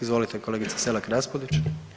Izvolite kolegica Selak Raspudić.